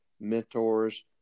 mentors